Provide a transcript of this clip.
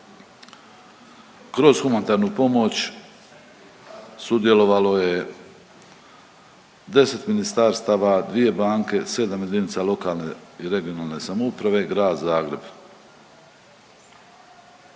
Kroz humanitarnu pomoć sudjelovalo je 10 ministarstava, 2 banke, 7 jedinica lokalne i regionalne samouprave, grad Zagreb.